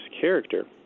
character